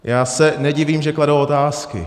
Já se nedivím, že kladou otázky.